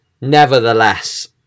nevertheless